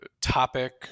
topic